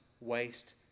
waste